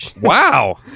Wow